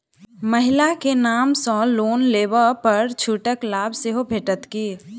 महिला केँ नाम सँ लोन लेबऽ पर छुटक लाभ सेहो भेटत की?